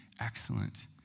excellent